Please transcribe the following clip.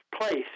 place